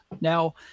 Now